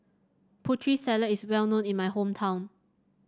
Putri Salad is well known in my hometown